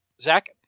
zach